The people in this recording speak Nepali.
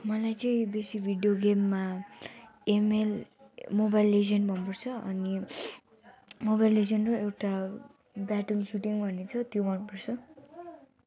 मलाई चाहिँ बेसी भिडियो गेममा एमएल मोबाइल लिजेन्ड मन पर्छ अनि मोबाइल लिजेन्ड र एउटा ब्याट ओन् सुटिङ भन्ने छ त्यो मन पर्छ